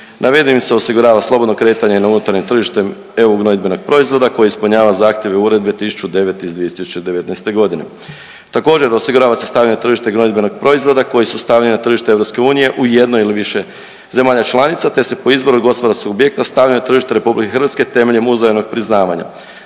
Navedenim se osigurava slobodno kretanje na unutarnjem tržištem EU gnojidbenog proizvoda koje ispunjava zahtjeve Uredbe 1009 iz 2019. godine. Također, osigurava se stavljanje na tržište gnojidbenog proizvoda koji su stavljeni na tržište EU u jednoj ili više zemalja članica te se po izboru gospodarskog subjekta stavlja na tržište RH temeljem uzajamnog priznavanja.